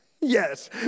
Yes